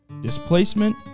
displacement